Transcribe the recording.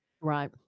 Right